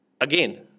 again